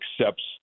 accepts